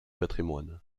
patrimoine